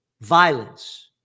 violence